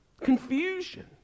Confusion